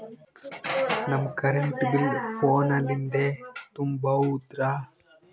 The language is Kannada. ನಮ್ ಕರೆಂಟ್ ಬಿಲ್ ಫೋನ ಲಿಂದೇ ತುಂಬೌದ್ರಾ?